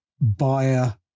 buyer